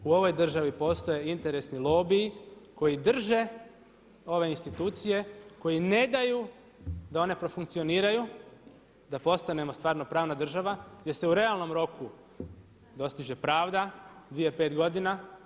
U ovoj državi postoje interesni lobiji koji drže ove institucije koji ne daju da one profunkcioniraju, da postanemo stvarno prava država gdje se u realnom roku dostiže pravda, dvije, pet godina.